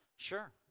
sure